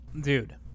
dude